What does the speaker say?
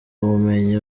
ubumenyi